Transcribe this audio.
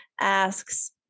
asks